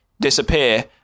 disappear